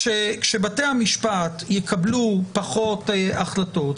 כשבתי המשפט יקבלו פחות החלטות,